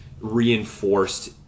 reinforced